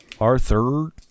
Arthur